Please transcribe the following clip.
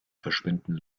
verschwinden